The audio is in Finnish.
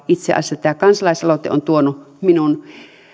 itse asiassa tämä kansalaisaloite on tuonut minun